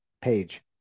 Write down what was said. page